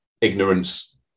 ignorance